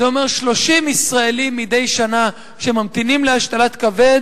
זה אומר שמדי שנה 30 ישראלים שממתינים להשתלת כבד